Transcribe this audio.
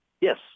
Yes